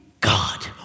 God